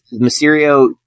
Mysterio